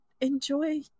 enjoy